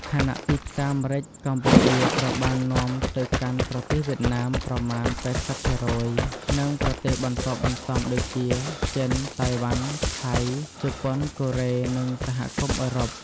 ខណៈទីផ្សារម្រេចកម្ពុជាត្រូវបាននាំទៅកាន់ប្រទេសវៀតណាមប្រមាណ ៨០ ភាគរយ និងប្រទេសបន្ទាប់បន្សំដូចជា ចិន តៃវ៉ាន់ ថៃ ជប៉ុន កូរ៉េ និងសហគមន៍អឺរ៉ុប។